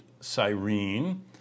Cyrene